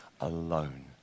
alone